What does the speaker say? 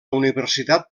universitat